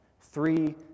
three